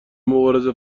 مبارزه